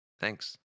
Thanks